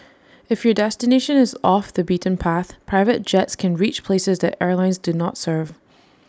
if your destination is off the beaten path private jets can reach places that airlines do not serve